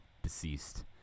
deceased